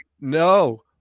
No